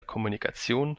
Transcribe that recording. kommunikation